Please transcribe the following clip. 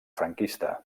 franquista